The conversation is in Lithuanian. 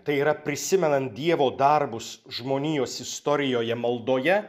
tai yra prisimenant dievo darbus žmonijos istorijoje maldoje